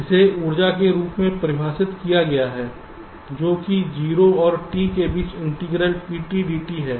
इसे ऊर्जा के रूप में परिभाषित किया गया है जो कि 0 और T के बीच इंटीग्रल P dt है